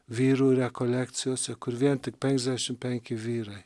vyrų rekolekcijose kur vien tik penkiasdešimt penki vyrai